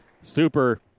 Super